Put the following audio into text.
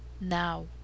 Now